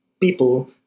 people